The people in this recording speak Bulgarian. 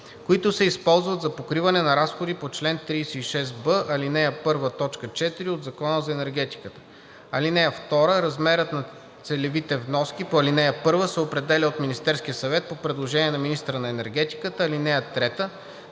които се използват за покриване на разходи по чл. 36б, ал. 1, т. 4 от Закона за енергетиката. (2) Размерът на целевите вноски по ал. 1 се определя от Министерския съвет по предложение на министъра на енергетиката. (3)